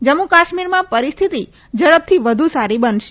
જમ્મુ કાશ્મીરમાં પરિસ્થિતિ ઝડપથી વધુ સારી બનશે